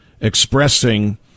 expressing